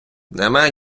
немає